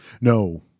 No